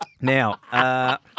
Now